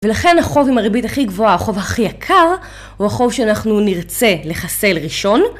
ולכן החוב עם הריבית הכי גבוהה, החוב הכי יקר, הוא החוב שאנחנו נרצה לחסל ראשון.